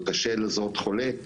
וקשה לזהות חולה,